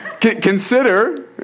Consider